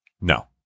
No